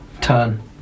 turn